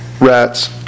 rats